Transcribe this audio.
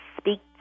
speak